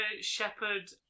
shepherd